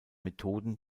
methoden